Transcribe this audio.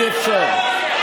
אי-אפשר.